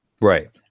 Right